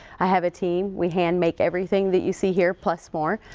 i have a team. we hand make everything that you see here plus more.